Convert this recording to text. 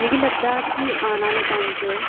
मिगी लगदा कि आन आह्ले टाइम च